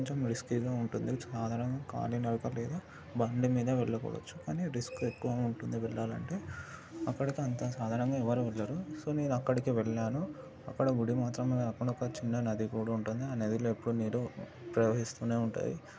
కొంచెం రిస్కీగా ఉంటుంది కాలినడక లేదా బండి మీద వెళ్ళకూడచ్చు కానీ రిస్క్ ఎక్కువగా ఉంటుంది వెళ్ళాలంటే అక్కడికి అంత సాధారణంగా ఎవరు వెళ్ళరు సో నేను అక్కడికి వెళ్ళాను అక్కడ గుడి మాత్రం కాకుండా ఒక చిన్న నది కూడా ఉంటుంది ఆ నదిలో ఎప్పుడూ నీరు ప్రవహిస్తూనే ఉంటుంది